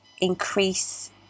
increase